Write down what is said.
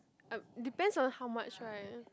depends on how much right